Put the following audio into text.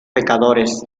pecadores